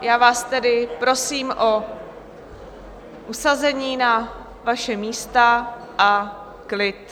Já vás tedy prosím o usazení na vaše místa a klid.